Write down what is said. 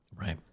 right